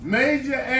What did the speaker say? major